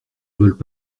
veulent